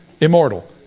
immortal